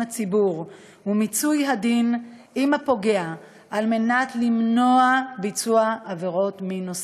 הציבור ומיצוי הדין עם הפוגע על מנת למנוע ביצוע עבירות מין נוספות.